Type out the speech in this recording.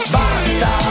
basta